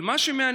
אבל מה שמעניין,